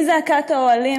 מזעקת האוהלים,